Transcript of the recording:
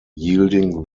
yielding